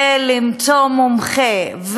ולמצוא מומחה,